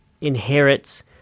inherits